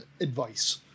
advice